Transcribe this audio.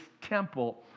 temple